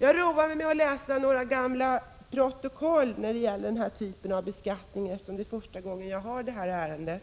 Jag roade mig med att läsa några gamla protokoll där denna typ av beskattning behandlas, eftersom det är första gången som jag har att svara för denna